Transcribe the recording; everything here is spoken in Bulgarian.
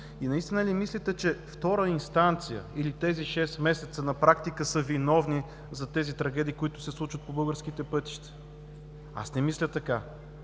Наистина ли мислите, че втора инстанция или тези шест месеца на практика са виновни за тези трагедии, които се случват по българските пътища? Аз не мисля така!